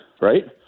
Right